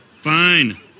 Fine